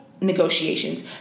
Negotiations